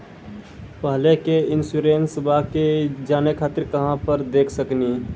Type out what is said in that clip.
पहले के इंश्योरेंसबा के जाने खातिर कहां पर देख सकनी?